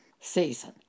season